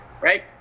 right